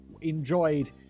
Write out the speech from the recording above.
enjoyed